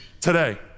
today